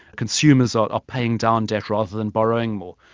consumers are paying down debt rather than borrowing more.